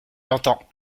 l’entends